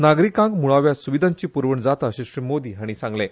नागरिकांक मुळाव्या सुविधांची पुरवण जाता अशें श्री मोदी हांणी सांगलें